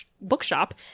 bookshop